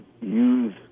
use